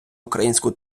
українську